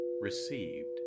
received